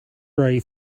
ray